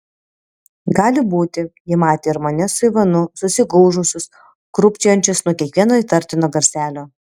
gali būti ji matė ir mane su ivanu susigūžusius krūpčiojančius nuo kiekvieno įtartino garselio